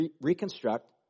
reconstruct